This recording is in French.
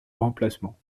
remplacement